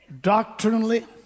doctrinally